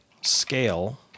scale